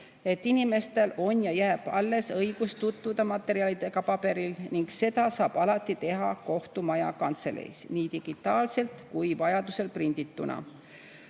et inimestel on ja jääb alles õigus tutvuda materjalidega paberil ning seda saab alati teha kohtumaja kantseleis nii digitaalselt kui ka vajaduse korral prindituna.